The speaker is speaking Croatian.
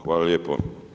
Hvala lijepo.